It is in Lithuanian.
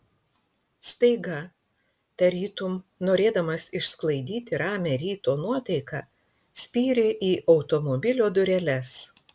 staiga tarytum norėdamas išsklaidyti ramią ryto nuotaiką spyrė į automobilio dureles